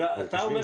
אבל אתה אומר